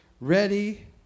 ready